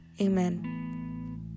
Amen